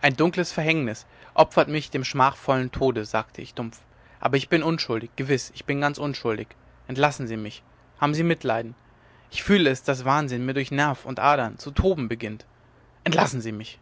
ein dunkles verhängnis opfert mich dem schmachvollen tode sagte ich dumpf aber ich bin unschuldig gewiß ich bin ganz unschuldig entlassen sie mich haben sie mitleiden ich fühle es daß wahnsinn mir durch nerv und adern zu toben beginnt entlassen sie mich